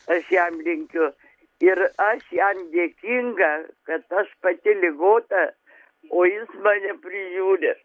aš jam linkiu ir aš jam dėkinga kad aš pati ligota o jis mane prižiūri